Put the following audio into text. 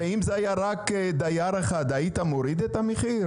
ואם זה היה רק דייר אחד היית מוריד את המחיר?